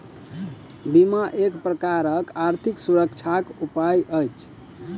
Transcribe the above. बीमा एक प्रकारक आर्थिक सुरक्षाक उपाय अछि